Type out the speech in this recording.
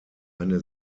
eine